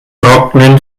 trocknen